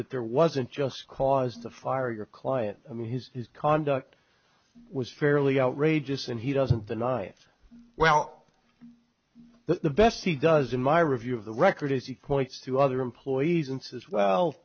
that there wasn't just cause the fire your client i mean his conduct was fairly outrageous and he doesn't deny it well the best he does in my review of the record is he points to other employees and says well